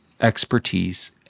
expertise